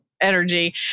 energy